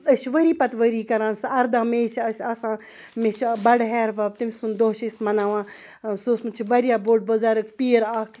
أسۍ چھِ ؤری پَتہٕ ؤری کَران سُہ اَرداہ مے چھِ اَسہِ آسان مےٚ چھُ بَڑٕ ہیہَر باب تٔمۍ سُنٛد دۄہ چھِ أسۍ مَناوان سُہ اوسمُت چھِ واریاہ بوٚڑ بُزرٕگ پیٖر اَکھ